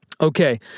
Okay